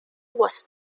was